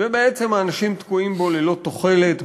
ובעצם האנשים תקועים בו ללא תוחלת,